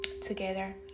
together